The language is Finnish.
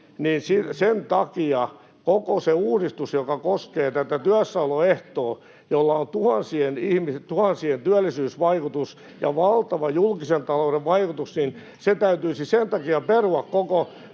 sen takia koko uudistus, joka koskee tätä työssäoloehtoa, jolla on tuhansien työllisyysvaikutus ja valtava julkisen talouden vaikutus, täytyisi perua tämän